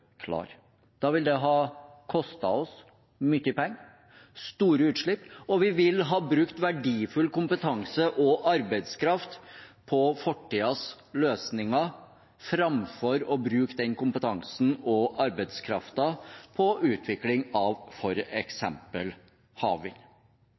Da vil det ha kostet oss mye penger og store utslipp, og vi vil ha brukt verdifull kompetanse og arbeidskraft på fortidens løsninger framfor å bruke den kompetansen og arbeidskraften på utvikling av